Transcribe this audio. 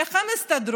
איך הם יסתדרו?